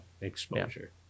exposure